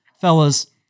Fellas